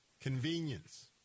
convenience